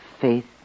faith